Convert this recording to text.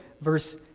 verse